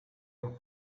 and